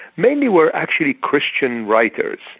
mainly were actually christian writers,